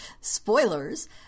spoilers